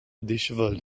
dishevelled